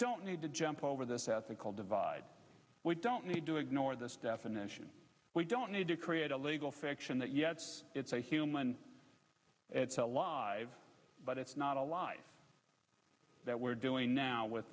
don't need to jump over this ethical divide we don't need to ignore this definition we don't need to create a legal fiction that yes it's a human it's a live but it's not a life that we're doing now with